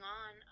on